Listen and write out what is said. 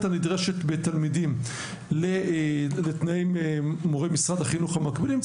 הנדרשת בתלמידים לתנאי מורי משרד החינוך המקבילים,